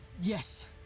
Yes